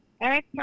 Eric